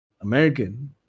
American